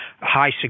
high